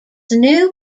new